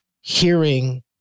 hearing